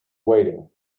waiting